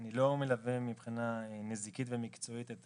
אני לא מלווה מבחינה נזיקית ומקצועית את